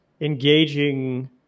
engaging